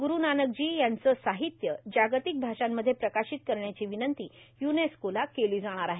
ग्रु नानकजी यांच साहित्य जागतिक भाषांमध्ये प्रकाशित करण्याची विनंती य्नेस्कोला केली जाणार आहे